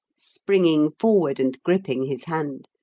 springing forward and gripping his hand.